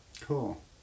cool